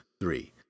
Three